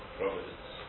providence